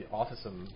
autism